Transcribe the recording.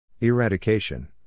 Eradication